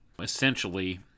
essentially